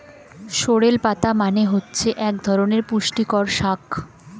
sorrel পাতা মানে হচ্ছে এক ধরনের পুষ্টিকর শাক